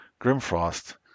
Grimfrost